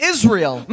Israel